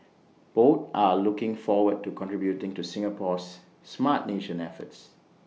both are also looking forward to contributing to Singapore's Smart Nation efforts